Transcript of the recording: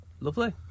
lovely